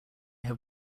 have